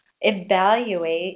evaluate